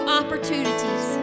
opportunities